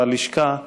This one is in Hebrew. בלשכה,